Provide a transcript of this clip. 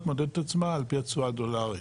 מודדת את עצמה על פי התשואה הדולרית.